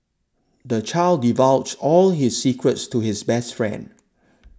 the child divulged all his secrets to his best friend